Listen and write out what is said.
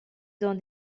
dans